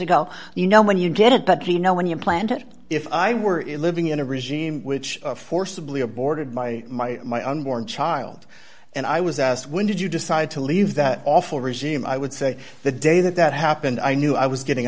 ago you know when you get it but he know when you planned it if i were in living in a regime which forcibly aborted my my my unborn child and i was asked when did you decide to leave that awful regime i would say the day that that happened i knew i was getting